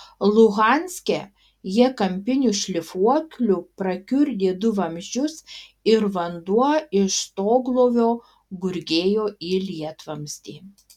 luhanske jie kampiniu šlifuokliu prakiurdė du vamzdžius ir vanduo iš stoglovio gurgėjo į lietvamzdį